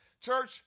Church